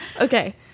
Okay